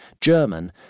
German